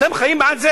אתם חיים עם זה?